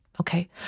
Okay